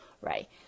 right